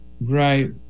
right